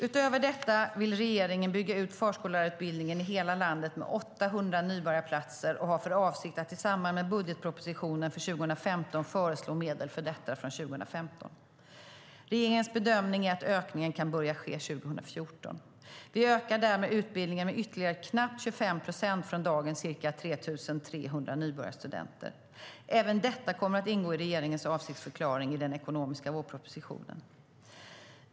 Utöver detta vill regeringen bygga ut förskollärarutbildningen i hela landet med 800 nybörjarplatser och har för avsikt att i samband med budgetpropositionen för 2015 föreslå medel för detta från 2015. Regeringens bedömning är att ökningen kan börja ske 2014. Vi ökar därmed utbildningen med ytterligare knappt 25 procent från dagens ca 3 300 nybörjarstudenter. Även detta kommer att ingå i regeringens avsiktsförklaring i den ekonomiska vårpropositionen.